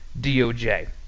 DOJ